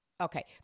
Okay